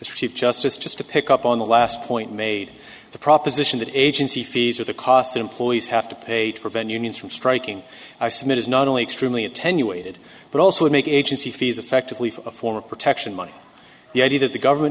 chief justice just to pick up on the last point made the proposition that agency fees or the cost employees have to pay to prevent unions from striking i submit is not only extremely attenuated but also making agency fees effectively a form of protection money the idea that the government